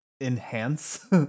enhance